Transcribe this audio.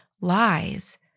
lies